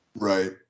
right